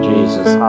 Jesus